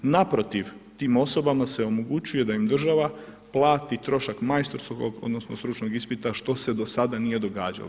Naprotiv, tim osobama se omogućuje da im država plati trošak majstorskog odnosno stručnog ispita što se do sada nije događalo.